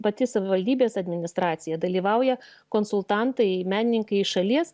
pati savivaldybės administracija dalyvauja konsultantai menininkai iš šalies